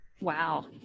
wow